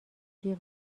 جیغ